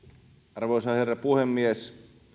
arvoisa herra puhemies kun